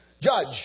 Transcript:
judge